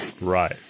Right